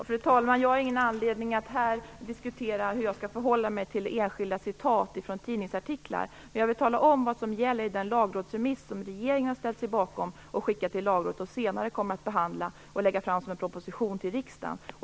Fru talman! Jag har ingen anledning att här diskutera hur jag förhåller mig till enskilda citat från tidningsartiklar. Jag ville tala om vad som gäller i den lagrådsremiss som regeringen har ställt sig bakom, skickat till lagrådet och som vi senare kommer att behandla och lägga fram som en proposition till riksdagen.